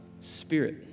spirit